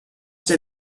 der